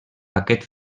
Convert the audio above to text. aquest